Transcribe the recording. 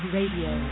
Radio